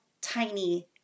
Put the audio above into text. tiny